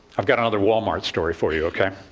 i've got another wal-mart story for you, ok?